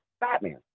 Batman